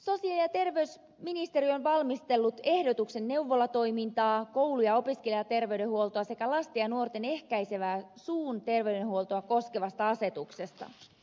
sosiaali ja terveysministeriö on valmistellut ehdotuksen neuvolatoimintaa koulu ja opiskelijaterveydenhuoltoa sekä lasten ja nuorten ehkäisevää suun terveydenhuoltoa koskevasta asetuksesta